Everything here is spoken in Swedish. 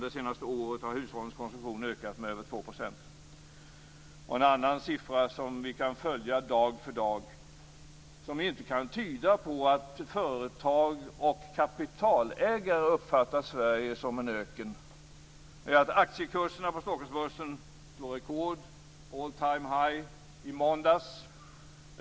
Det senaste året har hushållens konsumtion ökat med över 2 %. En annan siffra som vi kan följa dag för dag, som inte kan tyda på att företag och kapitalägare uppfattar Sverige som en öken, är att aktiekurserna på Stockholmsbörsen slår rekord. Det var all time high i måndags.